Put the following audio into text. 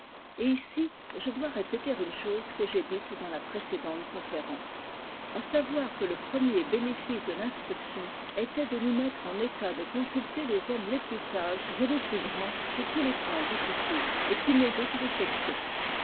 et ici je dois répéter une chose que j'ai dite dans la précédente conférence à savoir que le premier bénénce de l'instruction était de nous mettre en état de consulter les hommes les plus sages et les plus grands sur tous les points difficiles et qui méritent réflexion